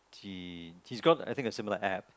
he he's got I think a similar App